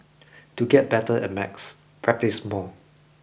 to get better at maths practise more